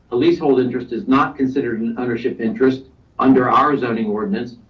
the least hold interest is not considered an ownership interest under our zoning ordinance.